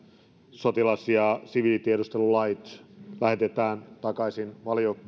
sotilas ja siviilitiedustelulait lähetetään takaisin